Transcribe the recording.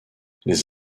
les